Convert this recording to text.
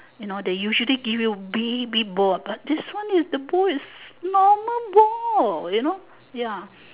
you know they usually give you big big bowl but this is the bowl is the normal bowl you know ya